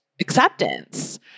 acceptance